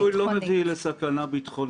אנחנו לא אומרים שהפינוי מביא לסכנה ביטחונית.